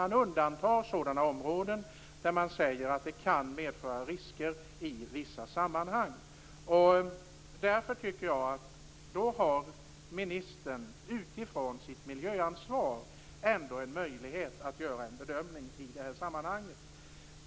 Man undantar sådana områden där man säger att det kan medföra risker i vissa sammanhang. Därför tycker jag att ministern, utifrån sitt miljöansvar, ändå har en möjlighet att göra en bedömning i det här sammanhanget.